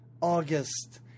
August